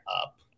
up